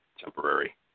temporary